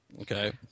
Okay